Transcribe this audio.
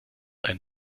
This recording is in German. ein